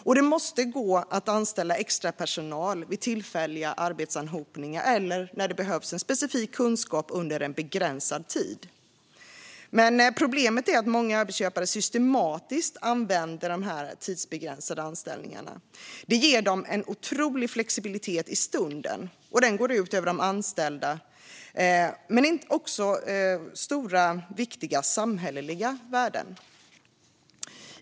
Och det måste gå att anställa extrapersonal vid tillfälliga arbetsanhopningar eller när det behövs specifik kunskap under en begränsad tid. Men problemet är att många arbetsköpare systematiskt använder de tidsbegränsade anställningarna. Detta ger dem en otrolig flexibilitet i stunden, som går ut över de anställda men också över stora, viktiga samhälleliga värden.